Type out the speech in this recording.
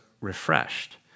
refreshed